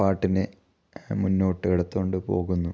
പാട്ടിനെ മുന്നോട്ട് എടുത്തുകൊണ്ട് പോകുന്നു